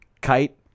kite